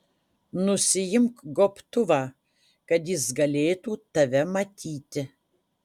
nusiimk gobtuvą kad jis galėtų tave matyti